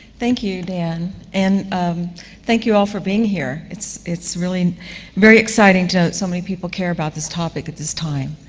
thank you, dan. and thank you all for being here. it's it's really very exciting that so many people care about this topic at this time.